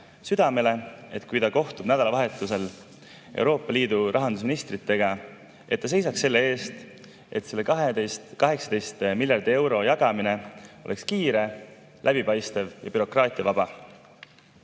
südamele, et kui ta kohtub nädalavahetusel Euroopa Liidu rahandusministritega, siis ta seisaks selle eest, et selle 18 miljardi euro jagamine oleks kiire, läbipaistev ja bürokraatiavaba.